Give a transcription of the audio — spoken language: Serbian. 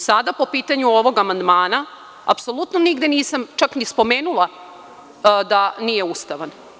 Sada po pitanju ovog amandmana, apsolutno nigde nisam čak ni spomenula da nije ustavan.